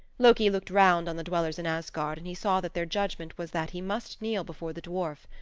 loki looked round on the dwellers in asgard and he saw that their judgment was that he must kneel before the dwarf.